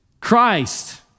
Christ